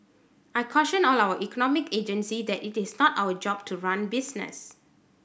I caution all our economic agencies that it is not our job to run business